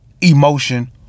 emotion